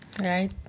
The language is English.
right